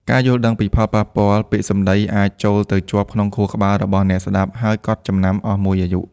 ការយល់ដឹងពីផលប៉ះពាល់ ពាក្យសម្ដីអាច ចូលទៅជាប់ក្នុងខួរក្បាលរបស់អ្នកស្តាប់ ហើយកត់ចំណាំអស់មួយអាយុ។